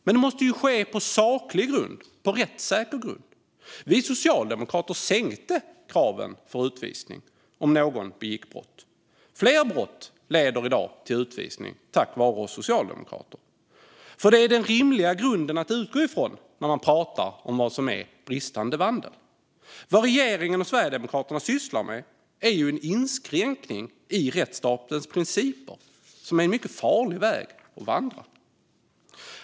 Men det måste ske på saklig och rättssäker grund. Vi socialdemokrater sänkte kraven för utvisning när någon begått brott. Fler brott leder i dag till utvisning tack vare oss socialdemokrater. För det är den rimliga grunden att utgå från när man pratar om vad som är bristande vandel. Vad regeringen och Sverigedemokraterna sysslar med är en inskränkning i rättsstatens principer som är en mycket farlig väg att vandra.